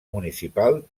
municipal